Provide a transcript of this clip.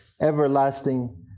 everlasting